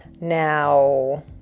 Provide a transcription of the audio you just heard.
Now